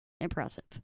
impressive